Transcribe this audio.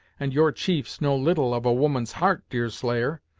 and your chiefs know little of a woman's heart, deerslayer,